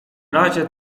razie